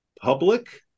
public